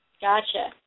Gotcha